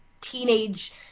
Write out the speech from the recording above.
teenage